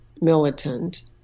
militant